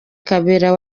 kabera